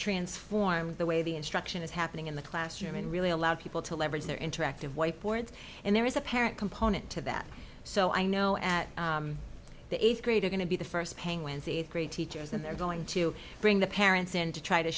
transformed the way the instruction is happening in the classroom and really allow people to leverage their interactive whiteboards and there is a parent component to that so i know at the eighth grade are going to be the first penguins eighth grade teachers and they're going to bring the parents in to try to